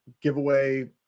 giveaway